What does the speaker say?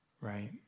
Right